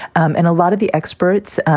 and a lot of the experts,